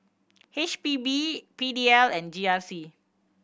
H P B P D L and G R C